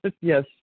Yes